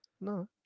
no